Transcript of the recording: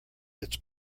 its